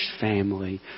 family